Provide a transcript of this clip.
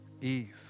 Eve